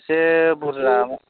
एसे बुर्जा